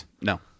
no